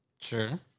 Sure